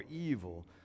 evil